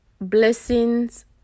Blessings